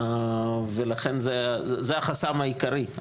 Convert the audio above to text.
ולכן זה החסם העיקרי,